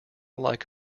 like